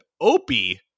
Opie